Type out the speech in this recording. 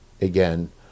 again